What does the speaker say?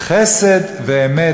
חסד ואמת,